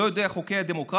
לא יודע את חוקי הדמוקרטיה.